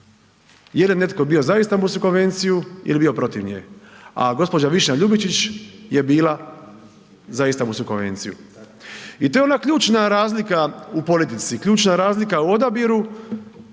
Je li je netko bio za Istambulsku konvenciju ili je bio protiv nje? A gđa. Višnja Ljubičić je bila za Istambulsku konvenciju. I to je ona ključna razlika u politici, ključna razlika u odabiru